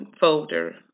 folder